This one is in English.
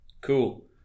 cool